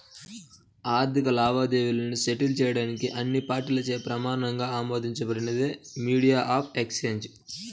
ఆర్థిక లావాదేవీలను సెటిల్ చేయడానికి అన్ని పార్టీలచే ప్రమాణంగా ఆమోదించబడినదే మీడియం ఆఫ్ ఎక్సేంజ్